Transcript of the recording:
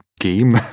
game